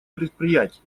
предприятий